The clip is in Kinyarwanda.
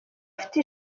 afite